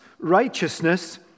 righteousness